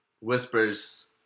whispers